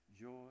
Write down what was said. joy